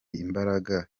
imbaraga